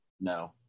No